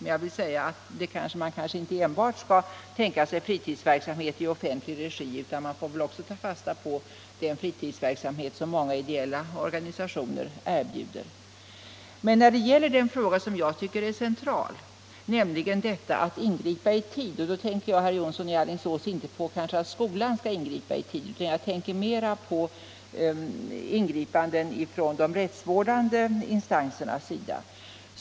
Men man skall 57 kanske inte enbart tänka sig fritidsverksamhet i offentlig regi utan också ta fasta på den fritidsverksamhet som många ideella organisationer erbjuder. Den fråga jag tycker är central gäller att ingripa i tid. Då tänker jag, herr Jonsson i Alingsås, kanske inte på att skolan skall ingripa utan mera på ingripanden från de rättsvårdande instansernas sida.